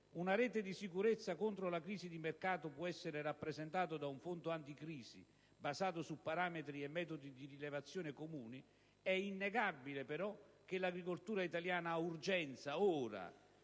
una rete di sicurezza contro le crisi di mercato può essere rappresentata da un fondo anticrisi, basato su parametri e metodi di rilevazione comuni, è innegabile però che l'agricoltura italiana ha urgenza, ora,